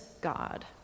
God